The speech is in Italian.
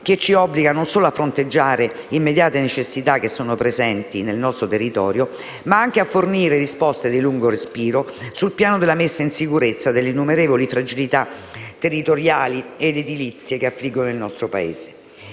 che ci obbliga non solo a fronteggiare immediate necessità presenti nel nostro territorio, ma anche a fornire risposte di lungo respiro sul piano della messa in sicurezza delle innumerevoli fragilità territoriali ed edilizie che affliggono il nostro Paese.